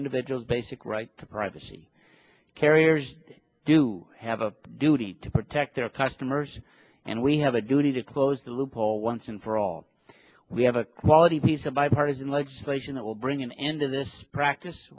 individual's basic right to privacy carriers do have a duty to protect their customers and we have a duty to close the loophole once and for all we have a quality piece of bipartisan legislation that will bring an end to this practice